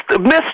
miss